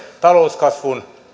talouskasvun